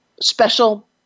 special